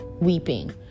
weeping